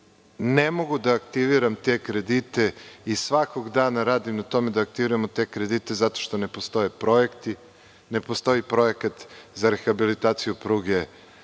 ne mogu da aktiviram te kredite i svakog dana radim na tome da aktiviramo te kredite, ali, ne postoje projekti. Ne postoji projekat za rehabilitaciju pruge